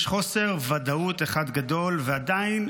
יש חוסר ודאות אחד גדול, ועדיין,